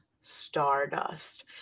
Stardust